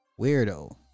weirdo